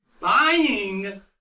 buying